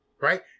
Right